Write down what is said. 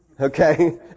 Okay